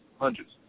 hundreds